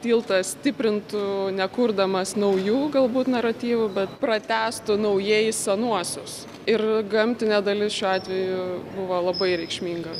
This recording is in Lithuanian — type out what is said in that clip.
tiltą stiprintų nekurdamas naujų galbūt naratyvų bet pratęstų naujieji senuosius ir gamtinė dalis šiuo atveju buvo labai reikšminga